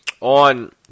on